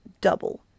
double